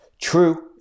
True